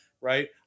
right